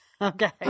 Okay